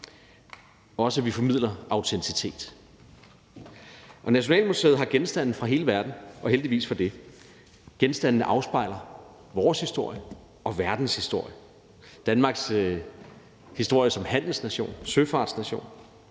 også at man formidler autencitet. Nationalmuseet har genstande fra hele verden, og heldigvis for det. Genstandene afspejler vores historie og verdens historie og Danmarks historie som handelsnation, søfartsnation